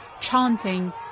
chanting